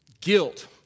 guilt